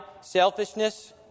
selfishness